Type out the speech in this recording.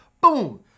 Boom